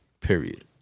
Period